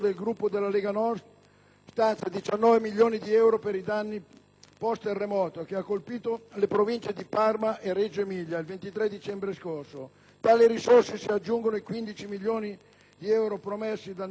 stanzia 19 milioni di euro per i danni del terremoto che ha colpito le Province di Parma e Reggio Emilia il 23 dicembre scorso. Tali risorse si aggiungono ai 15 milioni di euro promessi dal Ministero dell'economia